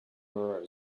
mirror